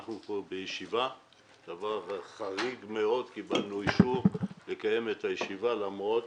זה חריג מאוד שקיבלנו אישור לקיים את הישיבה למרות